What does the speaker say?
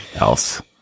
else